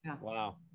Wow